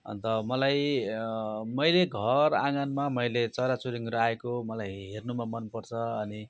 अन्त मलाई मैले घर आँगनमा मैले चराचुरुङ्गीहरू आएको मलाई हेर्नुमा मनपर्छ अनि